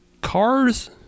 cars